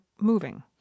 moving